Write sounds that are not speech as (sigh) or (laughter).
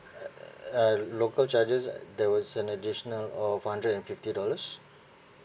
(noise) uh local charges uh there was an additional of four hundred and fifty dollars